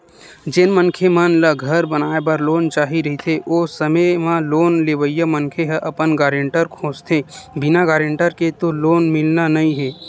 जेन मनखे मन ल घर बनाए बर लोन चाही रहिथे ओ समे म लोन लेवइया मनखे ह अपन गारेंटर खोजथें बिना गारेंटर के तो लोन मिलना नइ हे